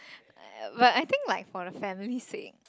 but I think like for the family sake